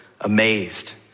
amazed